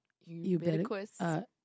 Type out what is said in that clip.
Ubiquitous